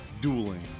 dueling